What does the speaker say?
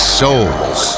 souls